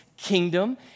kingdom